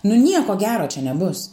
nu nieko gero čia nebus